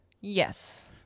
Yes